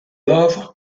love